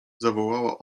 zawołała